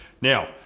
Now